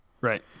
Right